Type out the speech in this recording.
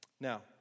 Now